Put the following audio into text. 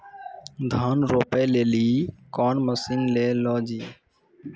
धान रोपे लिली कौन मसीन ले लो जी?